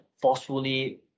forcefully